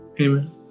amen